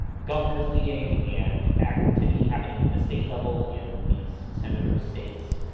governor's leading and activity happening at the state level in these senators states.